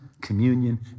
communion